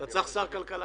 אתה צריך שר כלכלה